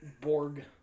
Borg